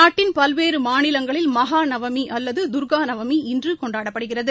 நாட்டின் பல்வேறு மாநிலங்களில் மகா நவமி அல்லது தர்கா நவமி இன்று கொண்டாடப்படுகிறது